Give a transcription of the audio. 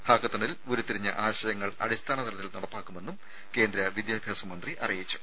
ഹാക്കത്തണിൽ ഉരുത്തിരിഞ്ഞ ആശയങ്ങൾ അടിസ്ഥാന തലത്തിൽ നടപ്പാക്കുമെന്നും കേന്ദ്ര വിദ്യാഭ്യാസ മന്ത്രി അറിയിച്ചു